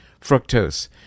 fructose